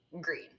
green